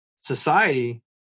society